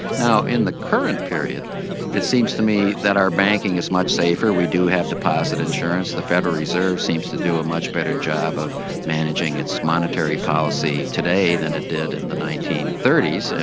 now in the current period it seems to me that our banking is much safer, we do have deposit insurance, the federal reserve seems to do a much better job of managing its monetary policy today than it did in the nineteen thirty so